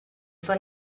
for